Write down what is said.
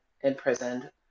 imprisoned